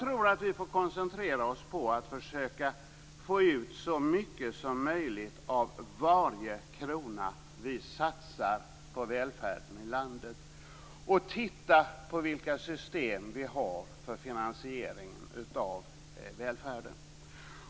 Vi måste nog koncentrera oss på att försöka att få ut så mycket som möjligt av varje krona som satsas på välfärden i landet och se på de system som finns för finansieringen av välfärden.